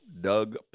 Doug